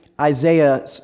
Isaiah